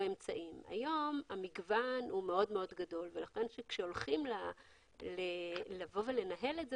היום המגוון הוא מאוד מאוד גדול לכן כשהולכים לנהל את זה,